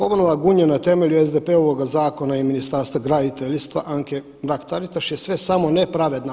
Obnova Gunje na temelju SDP-ovoga zakona i Ministarstva graditeljstva Anke Mrak-Taritaš je sve samo ne pravedna.